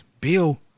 Bill